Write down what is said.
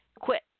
quit